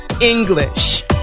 English